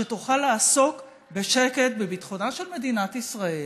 שתוכל לעסוק בשקט בביטחונה של מדינת ישראל,